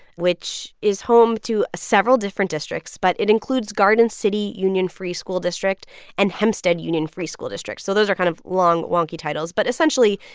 which is home to several different districts. but it includes garden city union free school district and hempstead union free school district. so those are kind of long, wonky titles. but essentially,